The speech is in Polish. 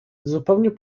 zupełnie